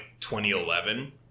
2011